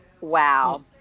Wow